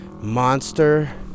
Monster